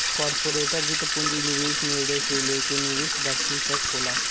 corporate वित्त पूंजी निवेश निर्णय से लेके निवेश बैंकिंग तक होला